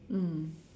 mm